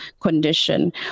condition